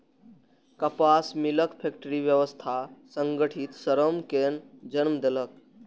कपास मिलक फैक्टरी व्यवस्था संगठित श्रम कें जन्म देलक